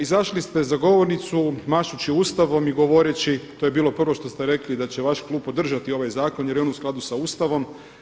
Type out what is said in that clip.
Izašli ste za govornicu mašući Ustavom i govoreći, to je bilo prvo što ste rekli da će vaš klub podržati ovaj zakon jer je on u skladu sa Ustavom.